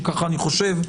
שככה אני חושב,